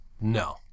No